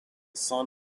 son